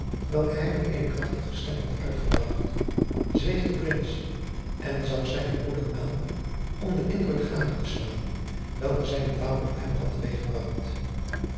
welke hij met eene krachtige stem had uitgebracht zweeg de prins en zag zijnen broeder aan om den indruk gade te slaan welken zijne taal op hem had